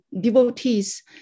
devotees